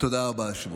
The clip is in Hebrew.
תודה רבה, היושב-ראש.